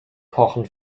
kochen